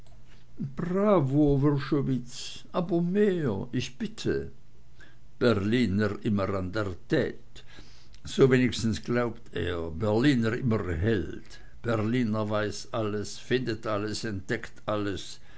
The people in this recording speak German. aber mehr ich bitte berliner immer an der tte so wenigstens glaubt er berliner immer held berliner weiß alles findet alles entdeckt alles